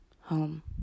home